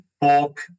bulk